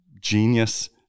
genius